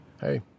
hey